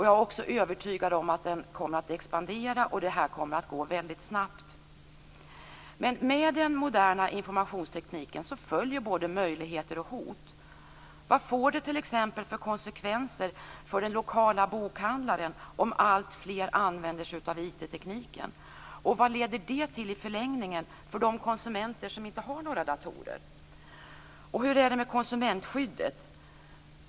Jag är också övertygad om att den kommer att expandera och att det här kommer att gå väldigt snabbt. Med den moderna informationstekniken följer både möjligheter och hot. Vad får det t.ex. för konsekvenser för den lokala bokhandlaren om alltfler använder sig av IT? Och vad leder det till i förlängningen för de konsumenter som inte har några datorer? Hur är det med konsumentskyddet?